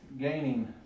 gaining